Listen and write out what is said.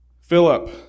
Philip